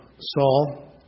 Saul